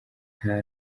nta